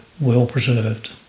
well-preserved